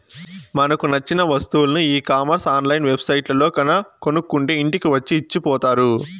మనకు నచ్చిన వస్తువులని ఈ కామర్స్ ఆన్ లైన్ వెబ్ సైట్లల్లో గనక కొనుక్కుంటే ఇంటికి వచ్చి ఇచ్చిపోతారు